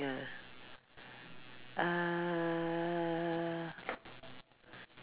err